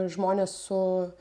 žmonės su